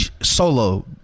Solo